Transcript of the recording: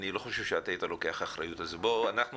אני לא חושב שאתה היית לוקח אחריות על זה.